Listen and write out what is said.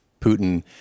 Putin